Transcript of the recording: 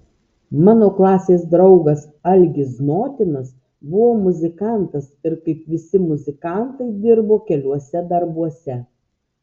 mano klasės draugas algis znotinas buvo muzikantas ir kaip visi muzikantai dirbo keliuose darbuose